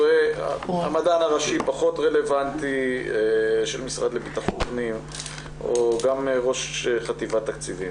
המדען הראשי של המשרד לבט"פ כמו גם ראש חטיבת תקציבים פחות רלוונטיים.